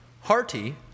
hearty